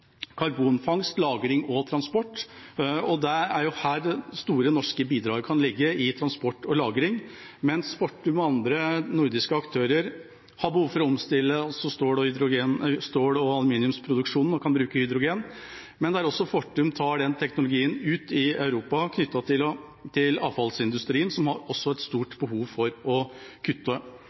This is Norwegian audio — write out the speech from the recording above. karbonfangst, -lagring og transport, og det er her, innen transport og lagring, store norske bidrag kan ligge. Fortum og andre nordiske aktører har behov for å omstille stål- og aluminiumsproduksjonen og kan bruke hydrogen, men Fortum tar også den teknologien ut i Europa knyttet til avfallsindustrien, som også har et stort behov for å kutte.